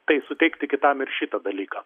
tai suteikti kitam ir šitą dalyką